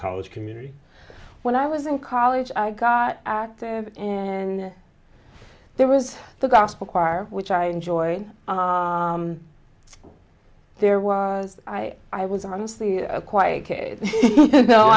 college community when i was in college i got active and there was the gospel choir which i enjoyed there was i was honestly a quiet